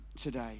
today